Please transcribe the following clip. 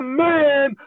man